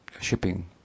shipping